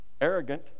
Arrogant